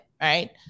Right